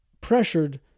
pressured